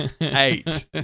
Eight